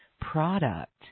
product